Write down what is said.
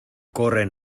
corren